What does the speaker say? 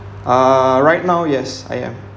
uh right now yes I am